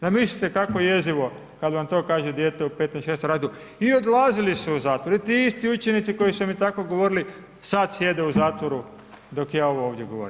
Zamislite kako jezivo kad vam to kaže dijete u 5., 6. razredu i odlazili su u zatvore i ti isti učenici koji su mi tako govorili sad sjede u zatvoru dok ja ovo ovdje govorim.